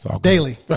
daily